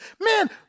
Man